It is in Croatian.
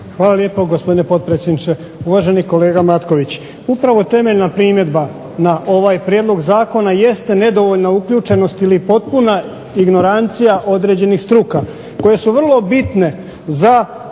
Hvala lijepo gospodine potpredsjedniče. Uvaženi kolega Matković upravo temeljna primjedba na ovaj prijedlog zakona jeste nedovoljna uključenost ili potpuna ignorancija određenih struka koje su vrlo bitne za